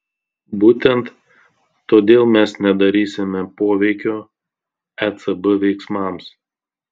būtent todėl mes nedarysime poveikio ecb veiksmams